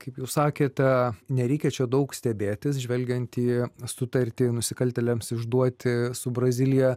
kaip jau sakėte nereikia čia daug stebėtis žvelgiant į sutartį nusikaltėliams išduoti su brazilija